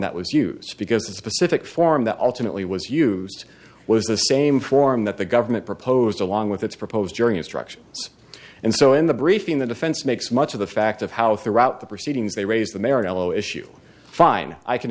that was used because the specific form that ultimately was used was the same form that the government proposed along with its proposed jury instructions and so in the briefing the defense makes much of the fact of how throughout the proceedings they raise the marital issue fine i can